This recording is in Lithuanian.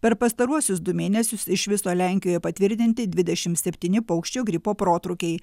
per pastaruosius du mėnesius iš viso lenkijoje patvirtinti dvidešim septyni paukščių gripo protrūkiai